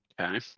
Okay